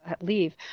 leave